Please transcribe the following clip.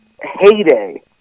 heyday